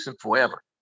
forever